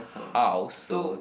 house so